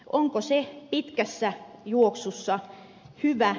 onko se pitkässä juoksussa hyvä